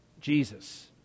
Jesus